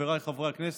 חבריי חברי הכנסת,